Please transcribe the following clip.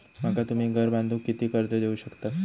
माका तुम्ही घर बांधूक किती कर्ज देवू शकतास?